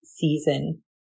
season